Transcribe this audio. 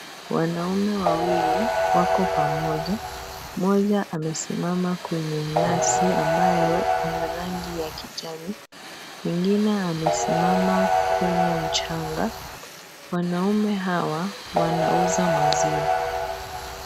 Wanaume wawili wako pamoja. Moja amesimama kwenye nyasi ambayo ina rangi ya kijani. Mwingine amesimama kwenye mchanga. Wanaume hawa wanauza maziwa.